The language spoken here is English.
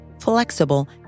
flexible